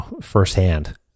firsthand